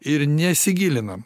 ir nesigilinam